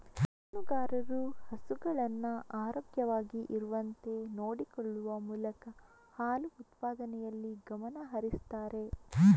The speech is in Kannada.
ಹೈನುಗಾರರು ಹಸುಗಳನ್ನ ಆರೋಗ್ಯವಾಗಿ ಇರುವಂತೆ ನೋಡಿಕೊಳ್ಳುವ ಮೂಲಕ ಹಾಲು ಉತ್ಪಾದನೆಯಲ್ಲಿ ಗಮನ ಹರಿಸ್ತಾರೆ